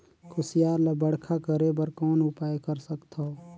कुसियार ल बड़खा करे बर कौन उपाय कर सकथव?